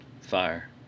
fire